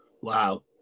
Wow